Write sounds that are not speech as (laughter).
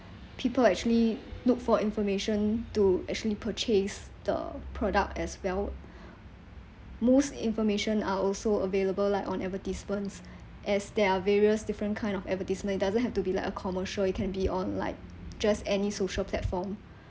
people actually look for information to actually purchase the product as well (breath) most information are also available like on advertisements as there are various different kind of advertisement it doesn't have to be like a commercial you can be on like just any social platform